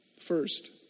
First